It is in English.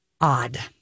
odd